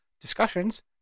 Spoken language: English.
discussions